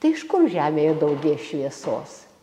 tai iš kur žemėje daugės šviesos